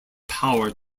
power